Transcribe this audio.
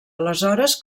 aleshores